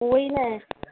उहेई न